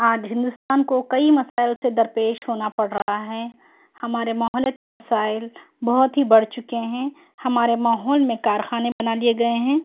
آج ہندوستان کو کئی مسائل سے درپیش ہونا پڑ رہا ہے ہمارے ماحولیاتی مسائل بہت ہی بڑھ چکے ہیں ہمارے ماحول میں کارخانے بنا دیئے گئے ہیں